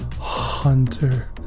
Hunter